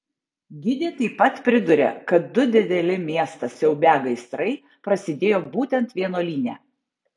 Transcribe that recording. gidė taip pat priduria kad du dideli miestą siaubią gaisrai prasidėjo būtent vienuolyne